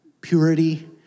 purity